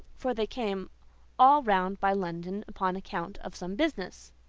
for they came all round by london upon account of some business,